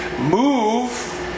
move